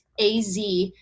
AZ